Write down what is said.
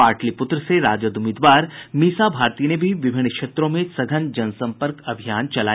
पाटलिपुत्र से राजद उम्मीदवार मीसा भारती ने भी विभिन्न क्षेत्रों में सघन जनसंपर्क अभियान चलाया